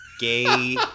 gay